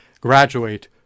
graduate